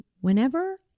whenever